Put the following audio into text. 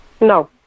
No